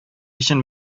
өчен